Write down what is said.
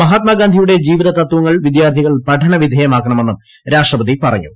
മഹാത്മാഗാന്ധിയുടെ ജീവിതത്വങ്ങൾ വിദ്യാർത്ഥികൾ പഠനവിധേയമാക്കണമെന്നും രാഷ്ട്രപതി പറഞ്ഞു